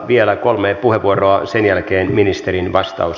vielä kolme puheenvuoroa sen jälkeen ministerin vastaus